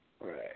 Right